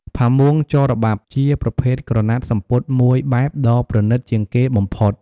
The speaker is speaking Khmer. ផាមួងចរបាប់ ជាប្រភេទក្រណាត់សំពត់មួយបែបដ៏ប្រណីតជាងគេបំផុត។